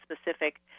specific